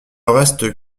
reste